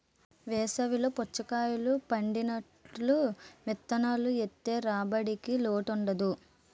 వేసవి లో పుచ్చకాయలు పండినట్టు విత్తనాలు ఏత్తె రాబడికి లోటుండదు